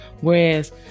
Whereas